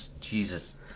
Jesus